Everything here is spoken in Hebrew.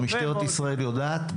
או משטרת ישראל יודעת,